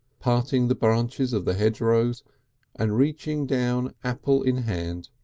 parting the branches of the hedgerows and reaching down apple in hand.